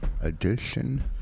edition